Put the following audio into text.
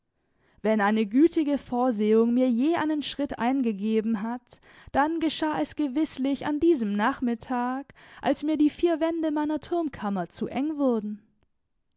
wenn eine gütige vorsehung mir je einen schritt eingegeben hat dann geschah es gewißlich an diesem nachmittag als mir die vier wände meiner turmkammer zu eng wurden